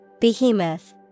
Behemoth